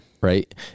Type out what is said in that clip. Right